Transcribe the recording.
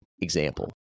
example